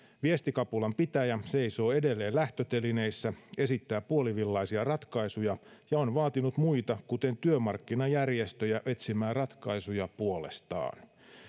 viestikapulan pitäjä seisoo edelleen lähtötelineissä esittää puolivillaisia ratkaisuja ja on vaatinut muita kuten työmarkkinajärjestöjä etsimään ratkaisuja puolestaan